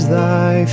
thy